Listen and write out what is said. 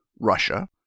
Russia